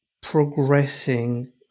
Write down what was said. progressing